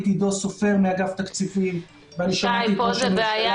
אירועים לציון טקס דתי: בר מצווה,